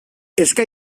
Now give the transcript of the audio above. eska